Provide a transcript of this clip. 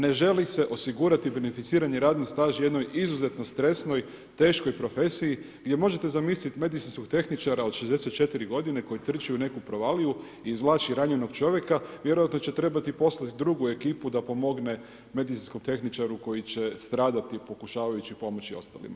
Ne želi se osigurati beneficirani radni staž jednoj izuzetno stresnoj, teškoj profesiji gdje možete zamisliti medicinskog tehničara od 64 godine koji trči u neku provaliju i izvlači ranjenog čovjeka, vjerojatno će trebati poslati drugu ekipu da pomogne medicinskom tehničaru koji će stradati pokušavajući pomoći ostalima.